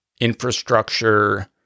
infrastructure